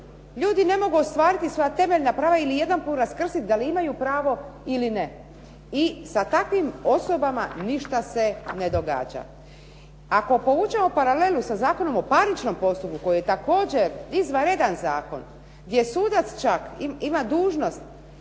Ljudi ne mogu ostvariti svoja temeljna prava ili jedanput raskrstiti da li imaju pravo ili ne. I sa takvim osobama ništa se ne događa. Ako povučemo paralelu sa Zakonom o parničnom postupku koji je također izvanredan zakon gdje sudac čak ima dužnost